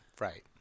Right